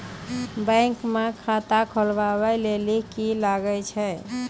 Bank म खाता खोलवाय लेली की की कागज लागै छै?